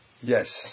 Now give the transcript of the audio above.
Yes